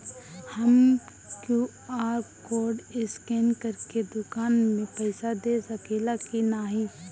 हम QR code scan करके दुकान में पईसा दे सकेला की नाहीं?